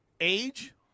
Age